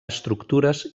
estructures